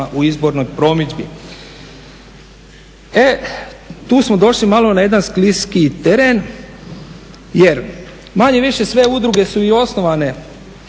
u izbornoj promidžbi". E tu smo došli malo na jedan skliski teren jer manje-više sve udruge su i osnovane